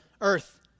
earth